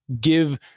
give